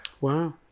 Wow